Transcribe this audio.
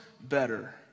better